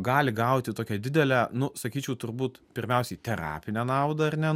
gali gauti tokią didelę nu sakyčiau turbūt pirmiausiai terapinę naudą ar ne